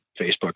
Facebook